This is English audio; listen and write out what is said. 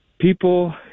people